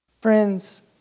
Friends